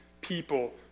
people